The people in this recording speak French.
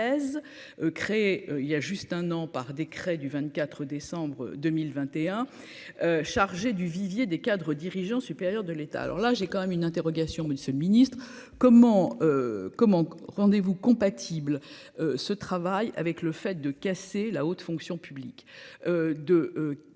créé il y a juste un an, par décret du 24 décembre 2021 chargé du vivier des cadres dirigeants supérieurs de l'État, alors là j'ai quand même une interrogation de ce ministre, comment, comment Rendez-vous compatible ce travail avec le fait de casser la haute fonction publique